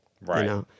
Right